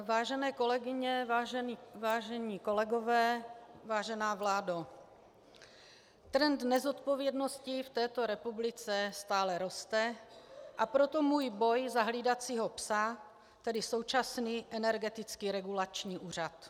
Vážené kolegyně, vážení kolegové, vážená vládo, trend nezodpovědnosti v této republice stále roste, a proto můj boj za hlídacího psa, tedy současný Energetický regulační úřad.